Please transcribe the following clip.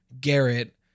Garrett